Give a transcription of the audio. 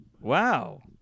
Wow